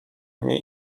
niej